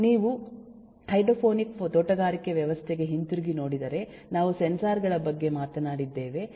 ನೀವು ಹೈಡ್ರೋಪೋನಿಕ್ ತೋಟಗಾರಿಕೆ ವ್ಯವಸ್ಥೆಗೆ ಹಿಂತಿರುಗಿ ನೋಡಿದರೆ ನಾವು ಸೆನ್ಸಾರ್ ಗಳ ಬಗ್ಗೆ ಮಾತನಾಡಿದ್ದೇವೆ